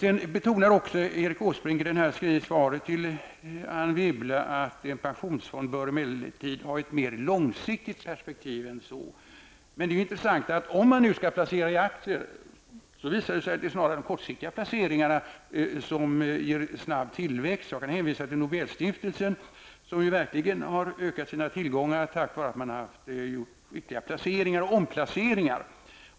I sitt svar till Anne Wibble betonar Erik Åsbrink att en pensionsfond emellertid bör ha ett betydligt mer långsiktigt perspektiv. Men det intressanta om man nu skall placera i aktier, är att det visat sig att det snarare är de kortsiktiga placeringarna som ger snabb tillväxt. Jag kan här hänvisa till Nobelstiftelsen, som ju verkligen har ökat sina tillgångar tack vare man gjort riktiga placeringar och omplaceringar.